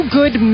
good